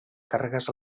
càrregues